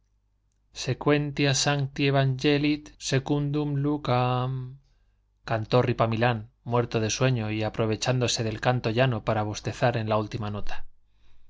era celedonio secuentia sancti evangelii secundum lucaaam cantó ripamilán muerto de sueño y aprovechándose del canto llano para bostezar en la última nota